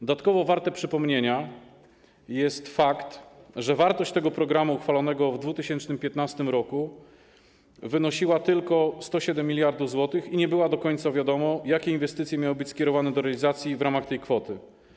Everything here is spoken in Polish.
Dodatkowo warty przypomnienia jest fakt, że wartość tego programu uchwalonego w 2015 r. wynosiła tylko 107 mld zł i nie do końca było wiadomo, jakie inwestycje miały być skierowane do realizacji w ramach tej kwoty.